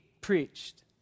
preached